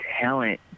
talent